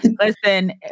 Listen